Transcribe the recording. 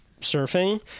surfing –